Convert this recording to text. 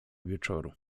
wieczoru